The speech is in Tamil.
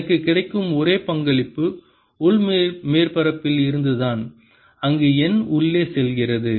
எனக்கு கிடைக்கும் ஒரே பங்களிப்பு உள் மேற்பரப்பில் இருந்துதான் அங்கு n உள்ளே செல்கிறது